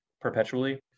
perpetually